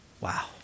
wow